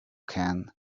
can